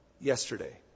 yesterday